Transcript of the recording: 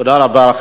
תודה רבה.